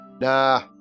Nah